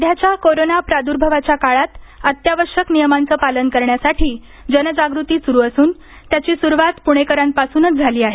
सध्याच्या कोरोना प्रार्द्भावाच्या काळात अत्यावश्यक नियमांचं पालन करण्यासाठी जनजागृती सुरू असून त्याची सुरुवात पुणेकरांपासूनच झाली आहे